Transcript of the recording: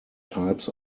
types